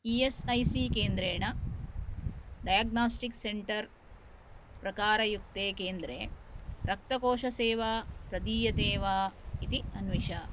E S I C केन्द्रेण diagnostic centre प्रकारयुक्ते केन्द्रे रक्तकोषसेवा प्रदीयते वा इति अन्विष